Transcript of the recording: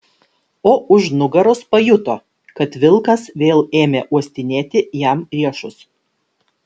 o už nugaros pajuto kad vilkas vėl ėmė uostinėti jam riešus